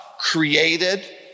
created